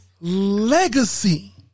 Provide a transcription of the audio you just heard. Legacy